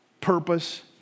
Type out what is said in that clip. purpose